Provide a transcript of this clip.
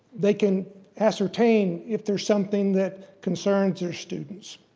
they can ascertain if there's something that concerns their students.